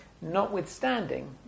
notwithstanding